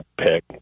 pick